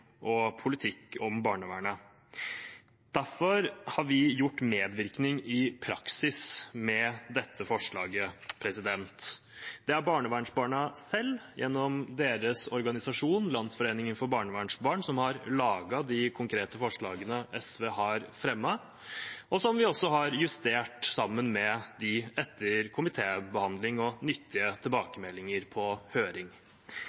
og politikk om barnevernet. Derfor har vi gjort medvirkning i praksis med dette forslaget. Det er barnevernsbarna selv, gjennom deres organisasjon Landsforeningen for barnevernsbarn, som har laget de konkrete forslagene SV har fremmet, og som vi også har justert sammen med dem etter komitébehandling og nyttige tilbakemeldinger på høring.